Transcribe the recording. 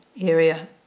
area